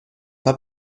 pas